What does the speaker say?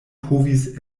povis